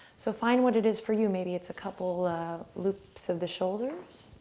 so find what it is for you. maybe it's a couple ah loops of the shoulders,